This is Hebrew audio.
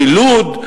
בלוד,